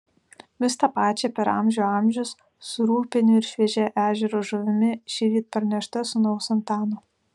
vis tą pačią per amžių amžius su rūgpieniu ir šviežia ežero žuvimi šįryt parnešta sūnaus antano